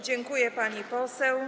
Dziękuję, pani poseł.